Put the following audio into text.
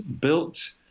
built